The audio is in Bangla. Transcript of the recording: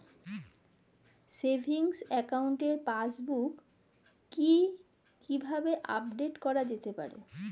সেভিংস একাউন্টের পাসবুক কি কিভাবে আপডেট করা যেতে পারে?